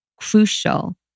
crucial